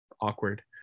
awkward